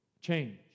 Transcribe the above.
change